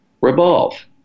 revolve